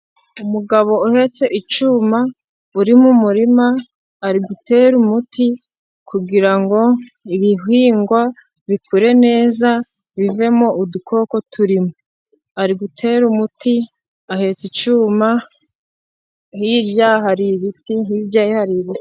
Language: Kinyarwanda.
Umugabo uhetse icyuma uri mu murima ari gutera umuti, kugira ngo ibihingwa bikure neza bivemo udukoko turimo. Ari gutera umuti ahetse icyuma hirya hari ibiti, hirya hari ibicu.